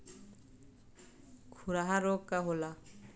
खुरहा रोग का होला?